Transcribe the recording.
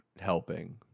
helping